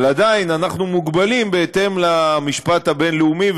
אבל עדיין אנחנו מוגבלים בהתאם למשפט הבין-לאומי,